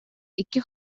икки